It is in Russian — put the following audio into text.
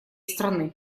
страны